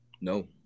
No